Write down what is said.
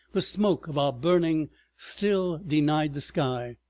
the smoke of our burning still denied the sky.